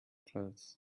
clothes